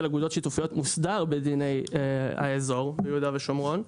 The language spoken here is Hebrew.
אגודות שיתופיות מוסדר בדיני האזור ביהודה ושומרון,